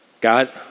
God